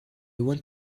want